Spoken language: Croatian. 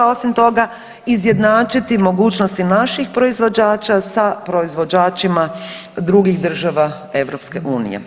Osim toga, izjednačiti mogućnost i naših proizvođača sa proizvođačima drugih država EU.